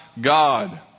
God